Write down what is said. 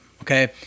Okay